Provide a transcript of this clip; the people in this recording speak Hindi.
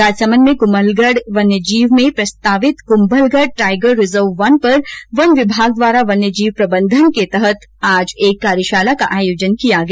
राजसमन्द में कुंभलगढ वन्यजीव में प्रस्तावित कुंभलगढ़ टाइगर रिर्जव पर वन विभाग द्वारा वन्य जीव प्रबंधन के तहत कार्यशाला का आयोजन किया गया